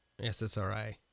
SSRI